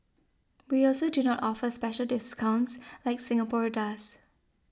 we also do not offer special discounts like Singapore does